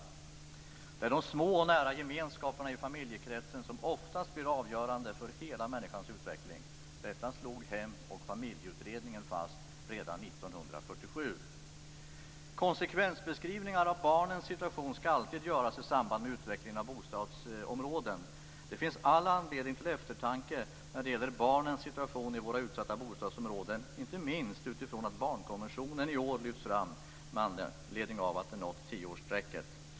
Det är de små och nära gemenskaperna i familjekretsen som oftast blir avgörande för hela människans utveckling. Detta slog Hem och familjeutredningen fast redan 1947. Konsekvensbeskrivningar av barnens situation ska alltid göras i samband med utvecklingen av bostadsområden. Det finns all anledning till eftertanke när det gäller barnens situation i våra utsatta bostadsområden, inte minst utifrån att barnkonventionen i år lyfts fram med anledning av att den nått tioårsstrecket.